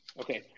Okay